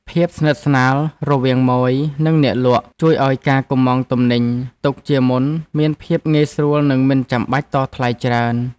ភាពស្និទ្ធស្នាលរវាងម៉ូយ និងអ្នកលក់ជួយឱ្យការកុម្ម៉ង់ទំនិញទុកជាមុនមានភាពងាយស្រួល និងមិនចាំបាច់តថ្លៃច្រើន។